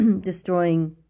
destroying